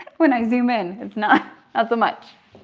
when i zoom in, it's not as much,